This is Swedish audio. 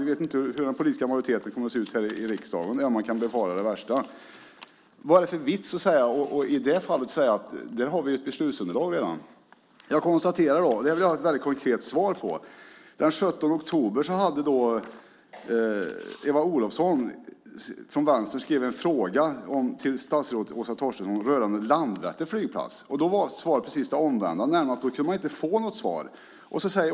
Vi vet inte hur den politiska majoriteten kommer att se ut här i riksdagen, även om man kan befara det värsta. Vad är det för vits att i det fallet säga att vi redan har ett beslutsunderlag? Jag konstaterar - där vill jag ha ett väldigt konkret svar - att Eva Olofsson från Vänstern har skrivit en fråga till statsrådet Åsa Torstensson rörande Landvetter flygplats. Den 17 oktober fick hon svar. Det svaret var precis det omvända, nämligen att man inte kunde få något svar.